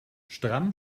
stramm